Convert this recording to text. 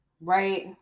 Right